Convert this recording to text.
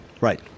right